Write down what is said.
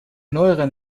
neueren